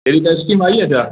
अहिड़ी का स्कीम आई आहे छा